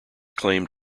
claimed